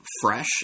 fresh